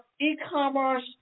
e-commerce